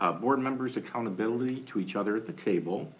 ah board members accountability to each other at the table,